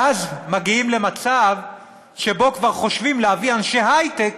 ואז מגיעים למצב שבו כבר חושבים להביא אנשי היי-טק